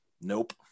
Nope